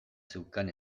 zeukan